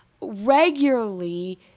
regularly